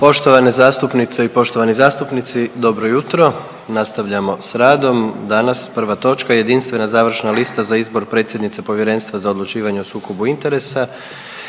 Poštovane zastupnice i poštovani zastupnici dobro jutro nastavljamo s radom, danas prva točka: - Jedinstvena završna lista za izbor predsjednice Povjerenstva za odlučivanje o sukobu interesa